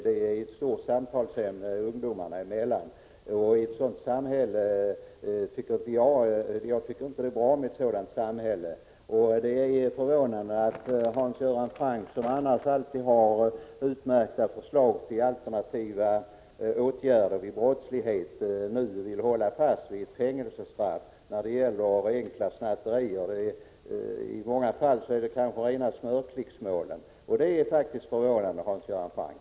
Det är ett stort samtalsämne ungdomarna emellan. Jag tycker inte att det är bra med ett sådant samhälle. Det är förvånande att Hans Göran Franck, som annars alltid har utmärkta förslag till alternativa åtgärder vid brottslighet, nu vill hålla fast vid fängelsestraff när det gäller enkla snatterier. I många fall rör det sig om rena smörklicksmålen. Det är faktiskt förvånande, Hans Göran Franck.